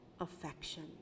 affection